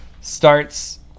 starts